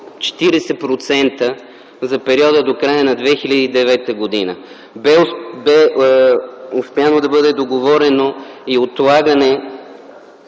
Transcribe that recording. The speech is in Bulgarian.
40% за периода до края на 2009 г. Бе успяно да бъде договорено и отлагане